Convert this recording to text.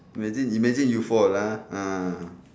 imagine imagine you fall lah ah